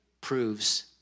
proves